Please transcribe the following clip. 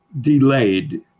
delayed